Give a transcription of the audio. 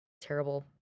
Terrible